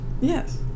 yes